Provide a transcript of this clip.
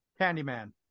Candyman